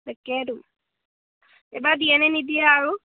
তাকেদো এবাৰ দিয়েনে নিদিয়ে আৰু